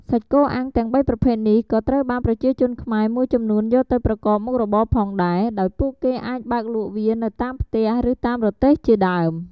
សាច់គោអាំងទាំងបីប្រភេទនេះក៏ត្រូវបានប្រជាជនខ្មែរមួយចំនួនយកទៅប្រកបមុខរបរផងដែរ ដោយពួកគេអាចបើកលក់វានៅតាមផ្ទះ ឬតាមរទេះជាដើម។